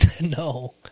No